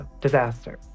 disaster